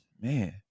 man